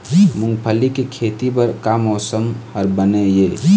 मूंगफली के खेती बर का मौसम हर बने ये?